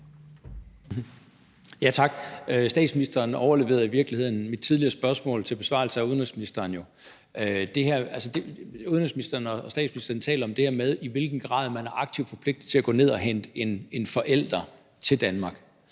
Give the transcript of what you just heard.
(DF): Statsministeren overleverede i virkeligheden mit tidligere spørgsmål til besvarelse af udenrigsministeren. Udenrigsministeren og statsministeren taler om det her med, i hvilken grad man er aktivt forpligtet til at gå ned og hente en forælder til Danmark,